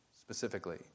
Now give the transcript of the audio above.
specifically